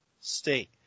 state